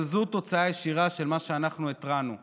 אבל זו תוצאה ישירה של מה שאנחנו התרענו מפניו,